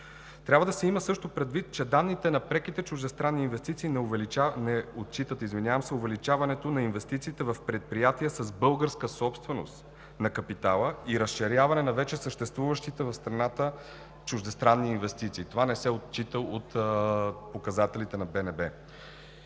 Трябва да се има също предвид, че данните за преките чуждестранни инвестиции не отчитат увеличаването на инвестициите в предприятия с българска собственост на капитала и разширяване на вече съществуващите в страната чуждестранни инвестиции. Това не се отчита от показателите на БНБ.